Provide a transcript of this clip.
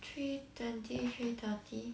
three twenty three thirty